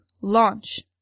launch